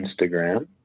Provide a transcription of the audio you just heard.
Instagram